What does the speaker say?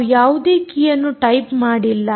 ನಾವು ಯಾವುದೇ ಕೀಯನ್ನು ಟೈಪ್ ಮಾಡಿಲ್ಲ